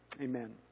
amen